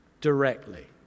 Directly